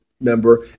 member